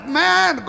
man